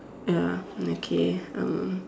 ya okay um